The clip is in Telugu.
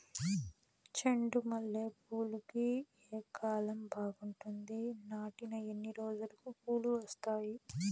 చెండు మల్లె పూలుకి ఏ కాలం బావుంటుంది? నాటిన ఎన్ని రోజులకు పూలు వస్తాయి?